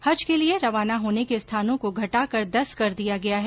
हज के लिए रवाना होने के स्थानों को घटाकर दस कर दिया गया है